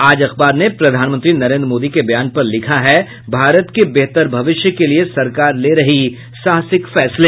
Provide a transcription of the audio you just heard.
आज अखबार ने प्रधानमंत्री नरेंद्र मोदी के बयान पर लिखा है भारत के बेहतर भविष्य के लिये सरकार ले रही साहसिक फैसले